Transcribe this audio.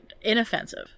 inoffensive